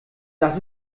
das